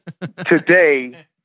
Today